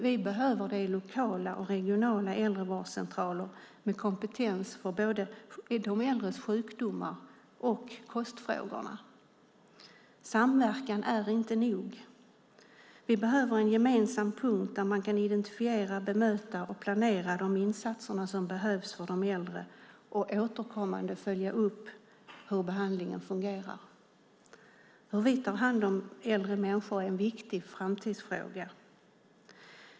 Vi behöver lokala och regionala äldrevårdscentraler med kompetens om både de äldres sjukdomar och kostfrågorna. Samverkan är inte nog. Vi behöver en gemensam punkt där man kan identifiera, bemöta och planera de insatser som behövs för de äldre och återkommande följa upp hur behandlingen fungerar. Hur vi tar hand om äldre människor är en viktig framtidsfråga.